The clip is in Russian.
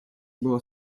было